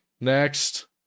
next